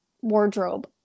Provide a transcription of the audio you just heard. wardrobe